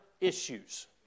issues